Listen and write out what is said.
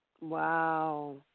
Wow